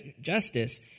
justice